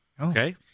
Okay